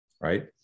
Right